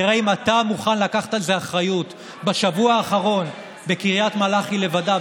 נראה אם אתה מוכן לקחת על זה אחריות: בשבוע האחרון בקריית מלאכי לבדה,